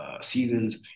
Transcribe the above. seasons